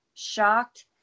shocked